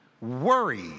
worry